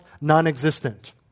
non-existent